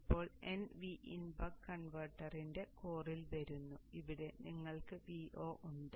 ഇപ്പോൾ nVin buck കൺവെർട്ടറിന്റെ കോറിൽ വരുന്നു ഇവിടെ നിങ്ങൾക്ക് Vo ഉണ്ട്